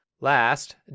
Last